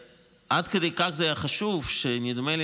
עד כדי כך זה היה חשוב שנדמה לי,